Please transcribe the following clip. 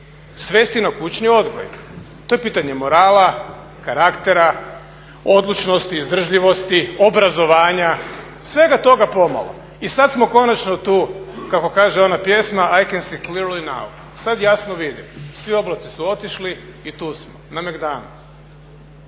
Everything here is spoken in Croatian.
svesti na kućni odgoj. To je pitanje morala, karaktera, odlučnosti, izdržljivosti, obrazovanja, svega toga pomalo. I sada smo konačno tu, kako kaže ona pjesma I can see clearly now. Sada jasno vidim, svi oblaci su otišli i tu smo …/Govornik se